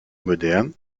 moderne